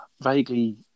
vaguely